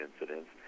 incidents